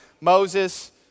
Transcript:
Moses